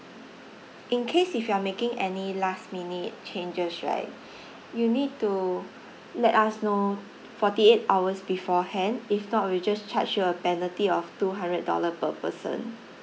in case if you are making any last minute changes right you need to let us know forty eight hours beforehand if not we'll just charge you a penalty of two hundred dollar per person